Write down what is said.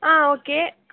ஆ okay